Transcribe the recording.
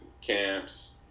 camps